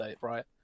right